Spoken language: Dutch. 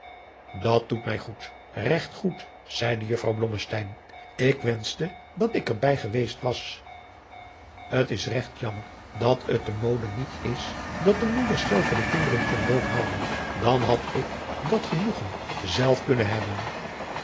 dat doet mij goed regt goed zeide juffrouw blommesteyn ik wenschte dat ik er bij geweest was t is regt jammer dat het de mode niet is dat de moeders zelve de kinderen ten doop houden dan had ik dat genoegen zelf kunnen hebben